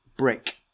Brick